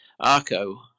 Arco